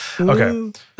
Okay